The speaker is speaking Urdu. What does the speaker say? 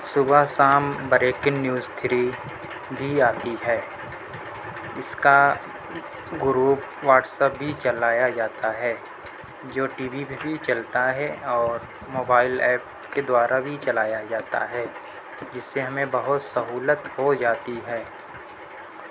صبح شام بریکنگ نیوز تھری بھی آتی ہے اس کا گروپ واٹس اپ بھی چلایا جاتا ہے جو ٹی وی پہ بھی چلتا ہے اور موبائل ایپ کے دوارا بھی چلایا جاتا ہے جس سے ہمیں بہت سہولت ہو جاتی ہے